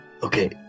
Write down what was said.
Okay